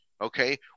okay